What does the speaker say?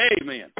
Amen